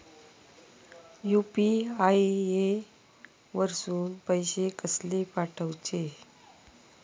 UPI वरसून पैसे कसे पाठवचे?